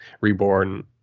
reborn